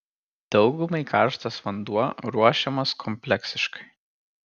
daugumai karštas vanduo ruošiamas kompleksiškai